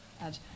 add